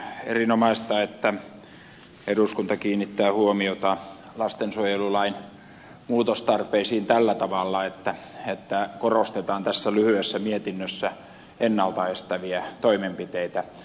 on erinomaista että eduskunta kiinnittää huomiota lastensuojelulain muutostarpeisiin tällä tavalla että korostetaan tässä lyhyessä mietinnössä ennalta estäviä toimenpiteitä